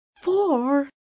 Four